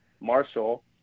Marshall